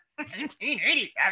1987